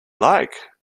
like